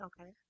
Okay